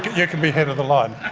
you can be head of the line.